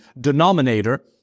denominator